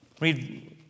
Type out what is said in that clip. Read